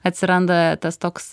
atsiranda tas toks